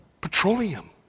Petroleum